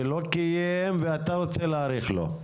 הוא לא קיים ואתה רוצה להאריך לו.